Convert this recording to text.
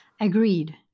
Agreed